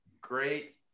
great